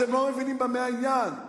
אתם לא מבינים במה העניין.